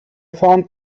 found